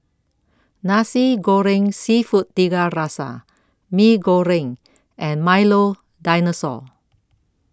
Nasi Goreng Seafood Tiga Rasa Mee Goreng and Milo Dinosaur